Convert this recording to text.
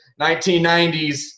1990s